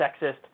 sexist